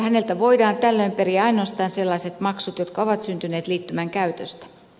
häneltä voidaan tällöin periä ainoastaan sellaiset maksut jotka ovat syntyneet liittymän käytöstä